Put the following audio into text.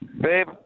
Babe